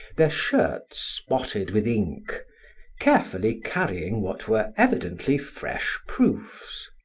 their shirts spotted with ink carefully carrying what were evidently fresh proofs.